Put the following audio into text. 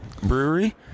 Brewery